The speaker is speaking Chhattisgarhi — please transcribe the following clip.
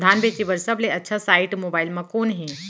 धान बेचे बर सबले अच्छा साइट मोबाइल म कोन हे?